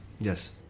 Yes